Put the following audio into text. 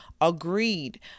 agreed